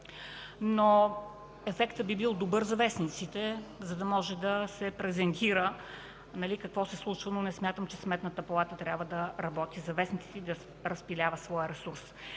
но ефектът би бил добър за вестниците, за да може да се презентира какво се случва. Не смятам, че Сметната палата трябва да работи за вестниците и да разпилява своя ресурс.